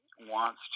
wants